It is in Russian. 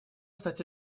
стать